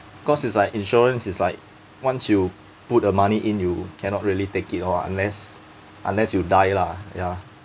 cause it's like insurance is like once you put a money in you cannot really take it out unless unless you die lah ya